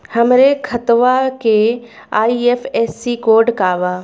हमरे खतवा के आई.एफ.एस.सी कोड का बा?